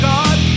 God